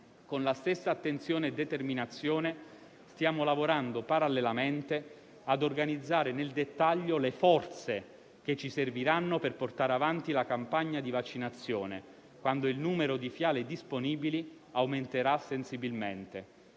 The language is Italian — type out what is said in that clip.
Con la stessa attenzione e determinazione stiamo lavorando parallelamente a organizzare nel dettaglio le forze che ci serviranno per portare avanti la campagna di vaccinazione, quando il numero di fiale disponibili aumenterà sensibilmente.